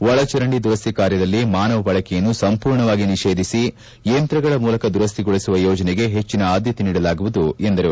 ಒಳಚರಂಡಿ ದುರಸ್ತಿ ಕಾರ್ಯದಲ್ಲಿ ಮಾನವ ಬಳಕೆಯನ್ನು ಸಂಪೂರ್ಣವಾಗಿ ನಿಷೇಧಿಸಿ ಯಂತ್ರಗಳ ಮೂಲಕ ದುರಸ್ತಿಗೊಳಿಸುವ ಯೋಜನೆಗೆ ಹೆಚ್ಚಿನ ಆದ್ಲತೆ ನೀಡಲಾಗುವುದು ಎಂದರು